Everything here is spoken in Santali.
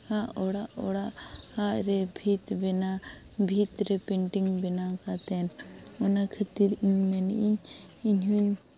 ᱚᱲᱟᱜ ᱚᱲᱟᱜ ᱨᱮ ᱵᱷᱤᱛ ᱵᱮᱱᱟᱣ ᱵᱷᱤᱛ ᱨᱮ ᱯᱮᱱᱴᱤᱝ ᱵᱮᱱᱟᱣ ᱠᱟᱛᱮᱫ ᱚᱱᱟ ᱠᱷᱟᱹᱛᱤᱨ ᱤᱧ ᱢᱮᱱᱮᱫᱼᱟᱹᱧ ᱤᱧ ᱦᱚᱧ